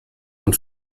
und